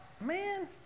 Man